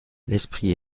l’esprit